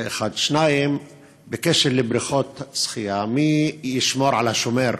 זה, 1. 2. בקשר לבריכות שחייה, מי ישמור על השומר?